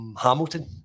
Hamilton